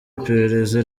iperereza